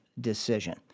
decision